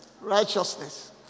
Righteousness